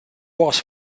was